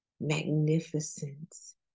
magnificence